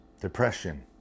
Depression